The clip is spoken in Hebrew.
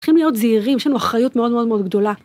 צריכים להיות זהירים, יש לנו אחריות מאוד מאוד גדולה.